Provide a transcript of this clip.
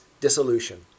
dissolution